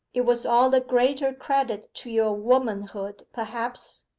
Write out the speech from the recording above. it was all the greater credit to your womanhood, perhaps.